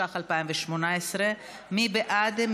התשע"ח 2018. מי בעד?